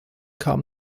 kam